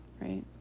right